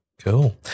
Cool